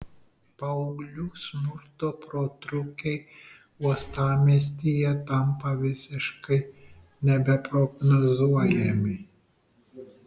paauglių smurto protrūkiai uostamiestyje tampa visiškai nebeprognozuojami